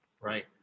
Right